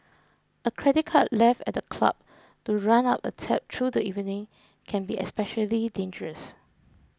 a credit card left at the club to run up a tab through the evening can be especially dangerous